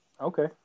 Okay